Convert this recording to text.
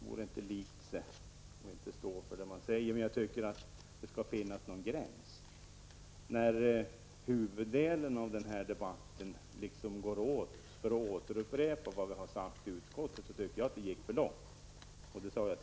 Man får stå för det man säger. Men jag tycker att det skall finnas någon gräns. När huvuddelen av den här debatten går åt till att återupprepa vad vi har sagt i utskottet tycker jag att det går för långt.